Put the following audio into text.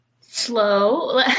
Slow